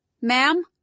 Ma'am